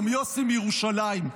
גם יוסי מירושלים,